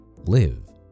live